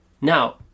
Now